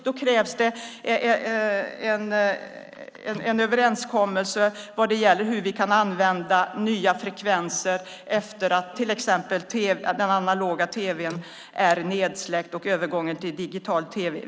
Då krävs det en överenskommelse om hur vi kan använda nya frekvenser efter att till exempel de analoga tv-sändningarna är nedsläckta och efter övergången till digital tv.